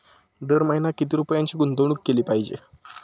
दर महिना किती रुपयांची गुंतवणूक केली पाहिजे?